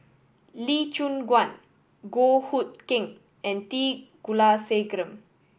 Lee Choon Guan Goh Hood Keng and T Kulasekaram